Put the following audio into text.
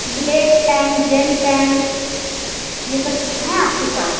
black pen gel pen یہ سب ہیں آپ کے پاس